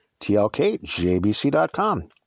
tlkjbc.com